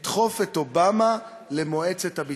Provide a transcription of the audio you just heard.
תדחוף את אובמה למועצת הביטחון".